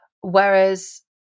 Whereas